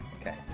Okay